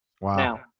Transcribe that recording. Wow